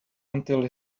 until